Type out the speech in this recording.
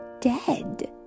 dead